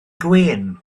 gwên